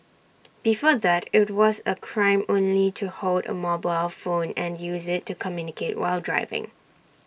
before that IT was A crime only to hold A mobile phone and use IT to communicate while driving